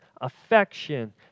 affection